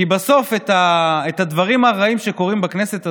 כי בסוף, עם הדברים הרעים שקורים בכנסת הזאת,